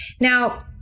Now